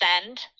send